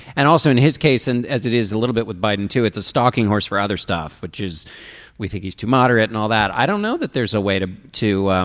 and also in his case and as it is a little bit with biden too it's a stalking horse for other stuff which is we think he's too moderate and all that. i don't know that there's a way to to